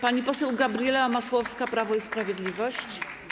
Pani poseł Gabriela Masłowska, Prawo i Sprawiedliwość.